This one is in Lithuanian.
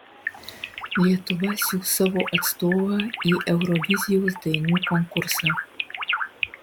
lietuva siųs savo atstovą į eurovizijos dainų konkursą